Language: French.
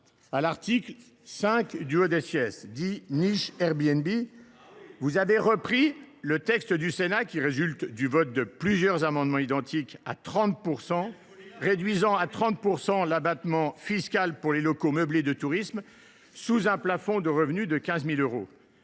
à l’article 5, dit niche Airbnb,… Ah oui !… vous avez repris le texte du Sénat, qui résulte du vote de plusieurs amendements identiques réduisant à 30 % l’abattement fiscal pour les locaux meublés de tourisme, sous un plafond de revenus de 15 000 euros.